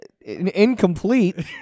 incomplete